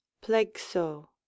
Plexo